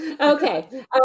okay